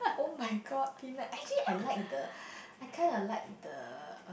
oh-my-god actually I like the I kind of like the